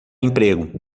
emprego